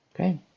Okay